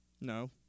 No